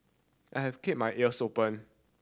I have keep my ears open